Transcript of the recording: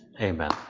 Amen